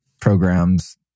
programs